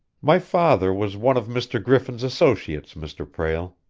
my father was one of mr. griffin's associates, mr. prale.